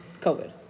COVID